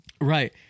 right